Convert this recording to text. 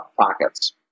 pockets